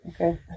okay